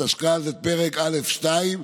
התשכ"ז, את פרק א'2,